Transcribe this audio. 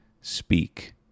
speak